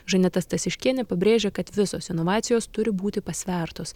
žaneta stasiškienė pabrėžia kad visos inovacijos turi būti pasvertos